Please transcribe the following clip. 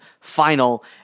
final